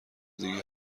دیگه